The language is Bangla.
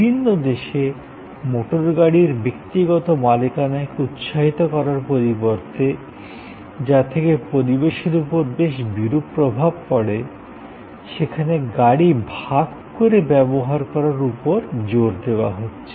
বিভিন্ন দেশে মোটরগাড়ির ব্যক্তিগত মালিকানাকে উৎসাহিত করার পরিবর্তে যা থেকে পরিবেশের উপর বেশ বিরূপ প্রভাব পড়ে সেখানে গাড়ি ভাগ করে ব্যবহার করার উপর জোর দেওয়া হচ্ছে